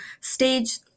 stage